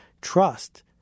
Trust